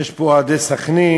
ויש פה אוהדי "בני סח'נין",